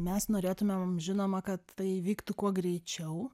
mes norėtumėm žinoma kad tai įvyktų kuo greičiau